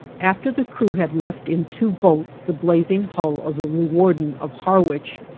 after the crew had left in two boats the blazing hull of the leuwarden of harwich,